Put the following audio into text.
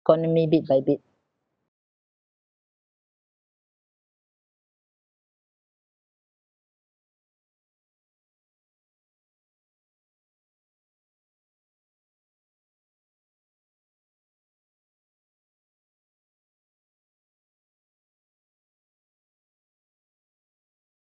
~conomy bit by bit